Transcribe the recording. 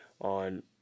on